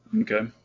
Okay